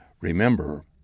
Remember